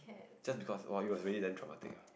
just because !wow! it was really damn traumatic ah